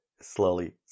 slowly